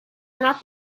not